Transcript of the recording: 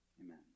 Amen